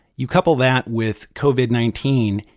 you couple that with covid nineteen,